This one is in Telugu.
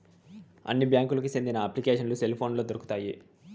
అన్ని బ్యాంకులకి సెందిన అప్లికేషన్లు సెల్ పోనులో దొరుకుతాయి